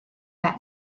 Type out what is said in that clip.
ben